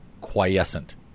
quiescent